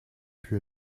puis